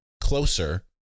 closer